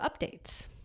updates